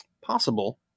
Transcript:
possible